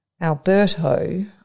Alberto